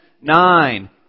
nine